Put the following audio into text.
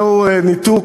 זהו ניתוק,